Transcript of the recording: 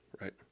right